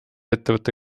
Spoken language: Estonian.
ettevõtte